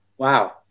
Wow